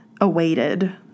awaited